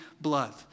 blood